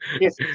Yes